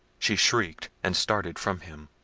she shrieked, and started from him,